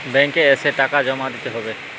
Bank এ এসে টাকা জমা দিতে হবে?